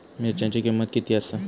मिरच्यांची किंमत किती आसा?